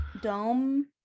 Dome